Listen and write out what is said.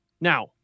Now